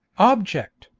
object,